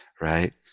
right